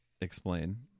explain